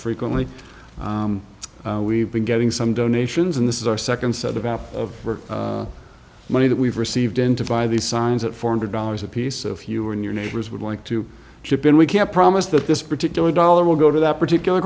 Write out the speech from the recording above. frequently we've been getting some donations and this is our second set of half of our money that we've received into by these signs at four hundred dollars apiece if you were in your neighbors would like to chip in we can't promise that this particular dollar will go to that particular